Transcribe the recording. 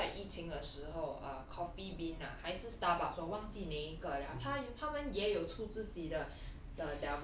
我还记得在疫情的时候 err Coffee Bean ah 还是 Starbucks 我忘记那个了他们也有出自己的